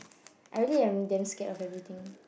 I really am damn scared of everything